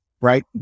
right